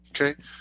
Okay